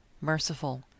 merciful